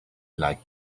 like